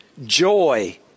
Joy